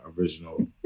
original